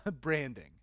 branding